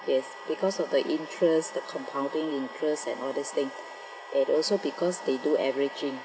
yes because of the interests the compounding interests and all these things and also because they do averaging